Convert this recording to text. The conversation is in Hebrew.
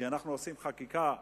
כי אנחנו עושים חקיקה חפוזה,